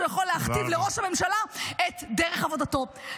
יכול להכתיב לראש הממשלה את דרך עבודתו.